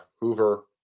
Hoover